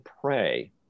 pray